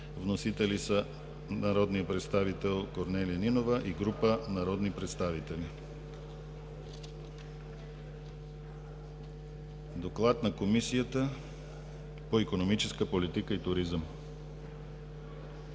Вносители са народният представител Корнелия Нинова и група народни представители. Доклад на Комисията по икономическа политика и туризъм.